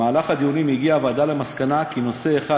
בדיונים הגיעה הוועדה למסקנה כי נושא אחד,